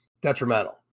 detrimental